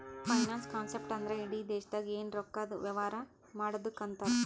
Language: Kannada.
ಫೈನಾನ್ಸ್ ಕಾನ್ಸೆಪ್ಟ್ ಅಂದ್ರ ಇಡಿ ದೇಶ್ದಾಗ್ ಎನ್ ರೊಕ್ಕಾದು ವ್ಯವಾರ ಮಾಡದ್ದುಕ್ ಅಂತಾರ್